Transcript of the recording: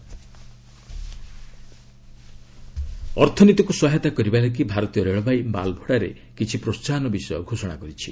rail freight ଅର୍ଥନୀତିକୁ ସହାୟତା କରିବା ଲାଗି ଭାରତୀୟ ରେଳବାଇ ମାଲ ଭଡ଼ାରେ କିଛି ପ୍ରୋହାହନ ବିଷୟ ଘୋଷଣା କରିଛି